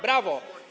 Brawo!